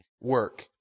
work